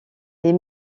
les